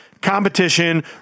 competition